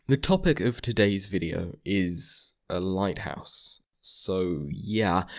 the topic of today's video is. a lighthouse so. yeah.